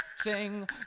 Sing